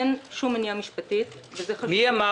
אין שום מניעה משפטית.